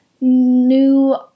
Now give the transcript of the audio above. new